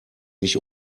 mich